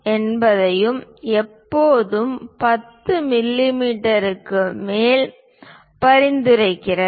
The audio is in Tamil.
எதையும் எப்போதும் 10 மிமீக்கு மேல் பரிந்துரைக்கிறது